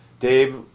Dave